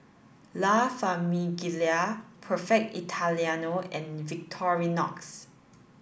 La Famiglia Perfect Italiano and Victorinox